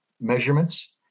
measurements